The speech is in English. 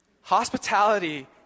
Hospitality